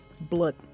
blood